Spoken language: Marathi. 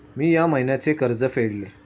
मी या महिन्याचे कर्ज फेडले